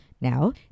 now